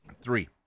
Three